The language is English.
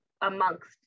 amongst